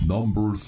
Number